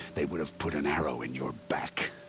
they would have put an arrow in your back.